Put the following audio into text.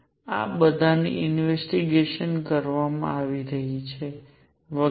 આ બધાની ઇન્વેસ્ટિગેશન કરવામાં આવી રહી છે વગેરે